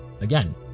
Again